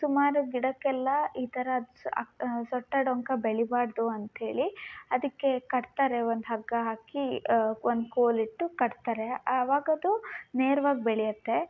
ಸುಮಾರು ಗಿಡಕ್ಕೆಲ್ಲಾ ಈ ಥರ ಸೊಟ್ಟ ಡೊಂಕ ಬೆಳಿಬಾರದು ಅಂತ್ಹೇಲಿ ಅದಕ್ಕೆ ಕಟ್ತಾರೆ ಒಂದು ಹಗ್ಗ ಹಾಕಿ ಒಂದು ಕೋಲಿಟ್ಟು ಕಟ್ತಾರೆ ಆವಾಗದು ನೇರ್ವಾಗಿ ಬೆಳಿಯತ್ತೆ